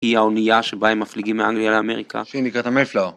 היא האונייה שבה הם מפליגים מאנגליה לאמריקה. שהיא נקראת המייפלאוור.